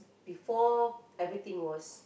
before everything was